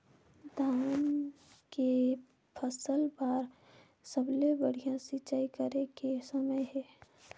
धान के फसल बार सबले बढ़िया सिंचाई करे के समय हे?